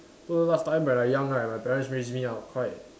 so last time when I young right my parents raise me up quite